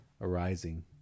arising